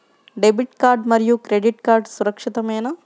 Debit card మరియు credit card సురక్షితమేనా?